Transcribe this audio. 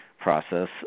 process